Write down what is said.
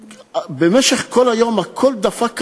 במשך כל היום הכול דפק כהלכה,